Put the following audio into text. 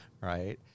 right